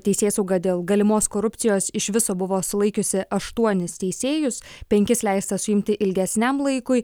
teisėsauga dėl galimos korupcijos iš viso buvo sulaikiusi aštuonis teisėjus penkis leista suimti ilgesniam laikui